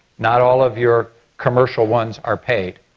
not all of your commercial ones are paid.